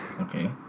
Okay